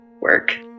work